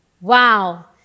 Wow